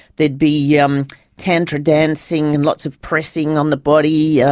there'd be yeah um tantra dancing and lots of pressing on the body, yeah